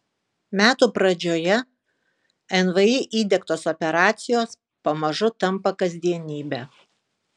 metų pradžioje nvi įdiegtos operacijos pamažu tampa kasdienybe